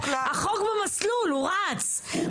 החוק במסלול, הוא רץ.